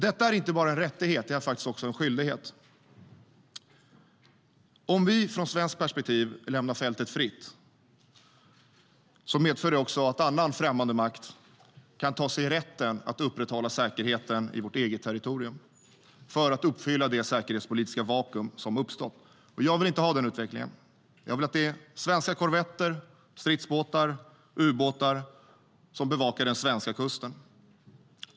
Detta är inte bara en rättighet utan faktiskt också en skyldighet. Om vi, från svenskt perspektiv, lämnar fältet fritt medför det också att annan främmande makt kan ta sig rätten att upprätthålla säkerheten i vårt eget territorium, för att fylla det säkerhetspolitiska vakuum som uppstått. Jag vill inte ha den utvecklingen. Jag vill att det är svenska korvetter, stridsbåtar och ubåtar som bevakar den svenska kusten.